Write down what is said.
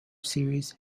series